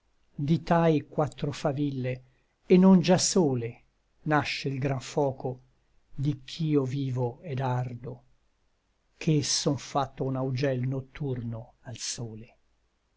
di tai quattro faville et non già sole nasce l gran foco di ch'io vivo et ardo che son fatto un augel notturno al sole